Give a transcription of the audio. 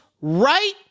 right